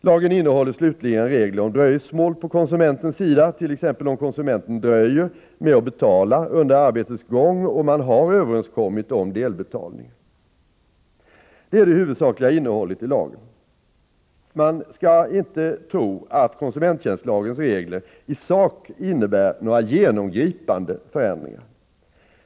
Lagen innehåller slutligen regler om dröjsmål på konsumentens sida, t.ex. om konsumenten dröjer med att betala under arbetets gång och man har överenskommit om delbetalningar. Det är det huvudsakliga innehållet i lagen. Man skall inte tro att konsumenttjänstlagens regler i sak innebär några genomgripande förändringar.